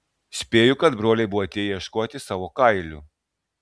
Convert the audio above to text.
spėju kad broliai buvo atėję ieškot savo kailių